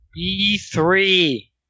E3